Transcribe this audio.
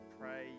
pray